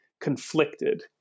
conflicted